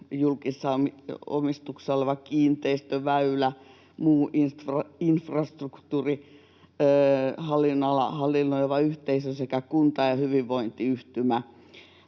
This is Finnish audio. julkisessa omistuksessa olevaa kiinteistöä, väylää tai muuta infrastruktuuria hallinnoiva yhteisö sekä kunta‑ ja hyvinvointiyhtymä.